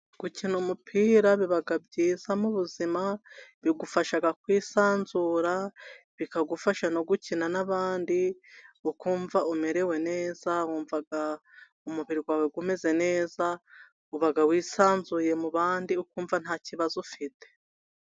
Gukina umupira biba byiza mu buzima .bigufasha kwisanzura ,bikagufasha no gukina n'abandi, ukumva umerewe neza. Wumva umubiri wawe umeze neza, uba wisanzuye mu bandi ukumva nta kibazo ufite.